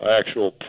actual